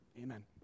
amen